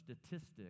statistics